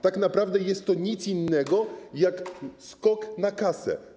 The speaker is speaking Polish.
Tak naprawdę jest to nic innego jak skok na kasę.